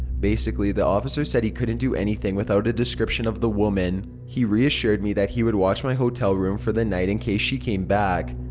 basically the officer said he couldn't do anything without a description of the woman. he reassured me that he would watch my hotel room for the night in case she came back.